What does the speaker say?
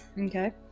okay